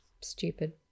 stupid